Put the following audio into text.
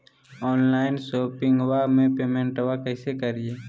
Online शोपिंगबा में पेमेंटबा कैसे करिए?